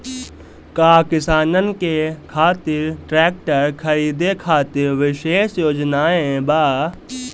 का किसानन के खातिर ट्रैक्टर खरीदे खातिर विशेष योजनाएं बा?